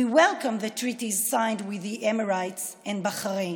אנו מקדמים בברכה את ההסכמים שנחתמו עם האמירויות ועם בחריין.